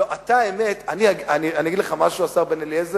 אתה, האמת, אני אגיד לך משהו, השר בן-אליעזר?